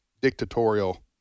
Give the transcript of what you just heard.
dictatorial